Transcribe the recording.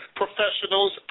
professionals